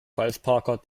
falschparker